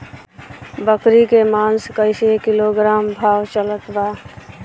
बकरी के मांस कईसे किलोग्राम भाव चलत बा?